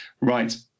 right